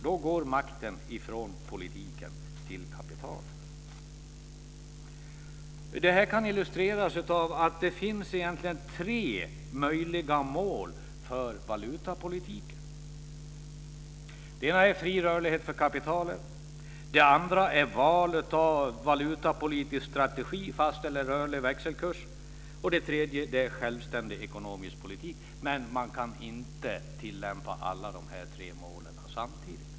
Då går makten från politiken till kapitalet. Det kan illustreras av att det egentligen finns tre möjliga mål för valutapolitiken. Det ena är fri rörlighet för kapitalet. Det andra är valet av valutapolitisk strategi, fast eller rörlig växelkurs. Det tredje är självständig ekonomisk politik. Men man kan inte tillämpa alla de tre målen samtidigt.